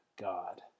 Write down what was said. God